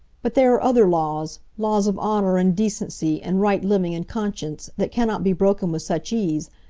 but there are other laws laws of honor and decency, and right living and conscience that cannot be broken with such ease.